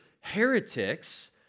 heretics